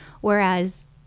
whereas